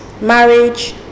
Marriage